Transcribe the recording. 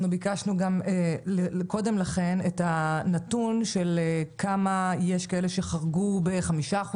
ביקשנו קודם לכן את הנתון של כמה חרגו ב-5%,